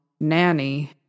Nanny